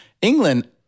England